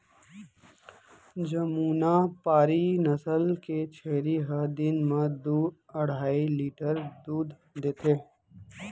जमुनापारी नसल के छेरी ह दिन म दू अढ़ाई लीटर दूद देथे